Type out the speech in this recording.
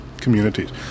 communities